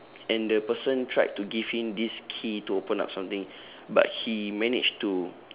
and the person tried to give him this key to open up something but he managed to